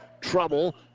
trouble